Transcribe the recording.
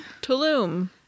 Tulum